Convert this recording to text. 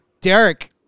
Derek